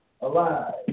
alive